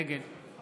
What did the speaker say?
נגד יוסף